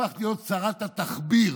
שרת התחביר.